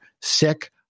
sick